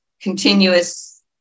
continuous